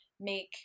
make